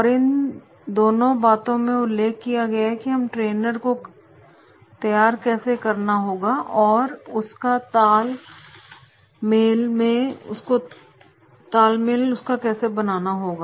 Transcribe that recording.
और इन दोनों बातों में उल्लेख किया है कि हमें ट्रेनर को तैयार करना होगा और उसका ताल में बनाना होगा